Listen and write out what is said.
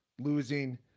losing